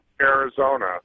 Arizona